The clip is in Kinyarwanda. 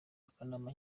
akanama